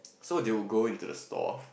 so they would go into the store